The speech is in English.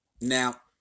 Now